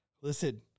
Listen